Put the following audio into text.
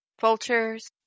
vultures